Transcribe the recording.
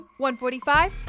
145